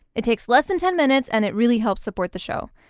it takes less than ten minutes, and it really helps support the show.